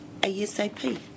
ASAP